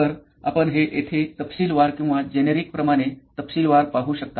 तर आपण हे येथे तपशीलवार किंवा जेनेरिक प्रमाणे तपशीलवार पाहू शकता